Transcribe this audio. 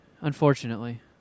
Unfortunately